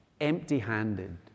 empty-handed